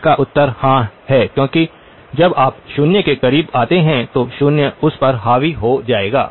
इसका उत्तर हां है क्योंकि जब आप शून्य के करीब आते हैं तो शून्य उस पर हावी हो जाएगा